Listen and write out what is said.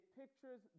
pictures